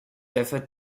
referred